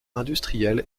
industriel